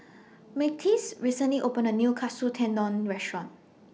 Myrtice recently opened A New Katsu Tendon Restaurant